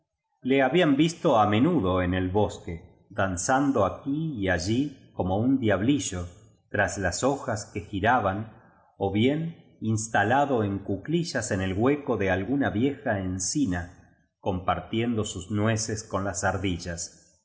le ha bían visto á menudo en el bosque danzando aquí y allí como un diablillo tras las hojas que giraban ó bien instalado en cuclillas en el hueco de alguua vieja encina compartiendo sus nueces con las ardillas